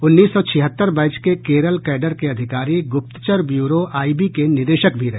उन्नीस सौ छिहत्तर बैच के केरल कैडर के अधिकारी गुप्तचर ब्यूरो आईबी के निदेशक भी रहे